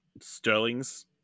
sterlings